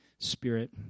spirit